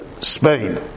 Spain